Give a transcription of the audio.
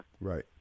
Right